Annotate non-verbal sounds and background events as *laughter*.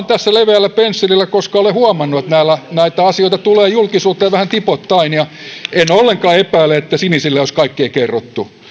*unintelligible* tässä leveällä pensselillä koska olen huomannut että näitä asioita tulee julkisuuteen vähän tipoittain ja en ollenkaan epäile että sinisille olisi kaikkea kerrottu